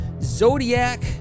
Zodiac